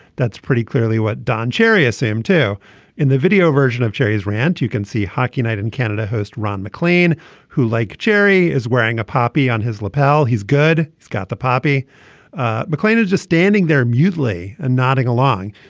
that's pretty clearly what don cherry assumed to in the video version of cherry's rant. you can see hockey night in canada. host ron mclean who like cherry is wearing a poppy on his lapel he's good. scott the poppy mcclain is just standing there mutely and nodding along.